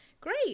Great